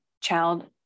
child